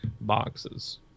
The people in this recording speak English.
boxes